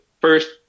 first